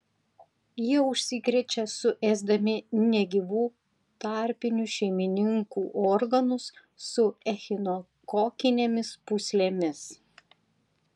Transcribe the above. jie užsikrečia suėsdami negyvų tarpinių šeimininkų organus su echinokokinėmis pūslėmis